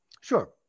sure